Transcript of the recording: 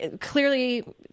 Clearly